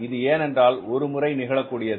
இது ஏனென்றால் ஒரு முறை நிகழக்கூடியது